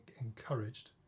encouraged